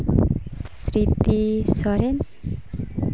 Smriti Soren